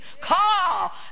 Call